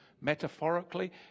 Metaphorically